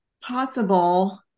possible